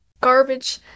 garbage